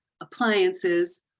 appliances